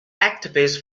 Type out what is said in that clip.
activist